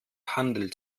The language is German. handel